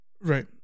Right